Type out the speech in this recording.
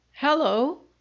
Hello